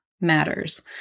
matters